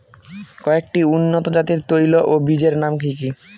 কয়েকটি উন্নত জাতের তৈল ও বীজের নাম কি কি?